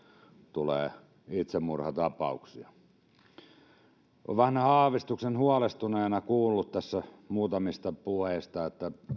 tulevat itsemurhatapaukset olen vähän aavistuksen huolestuneena kuullut tässä muutamista puheista että